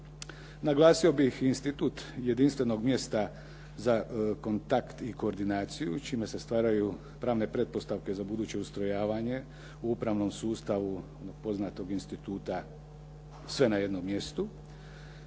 Naglasio bih i institut jedinstvenog mjesta za kontakt i koordinaciju čime se stvaraju pravne pretpostavke za buduće ustrojavanje u upravnom sustavu poznatog instituta, sve na jednom mjestu.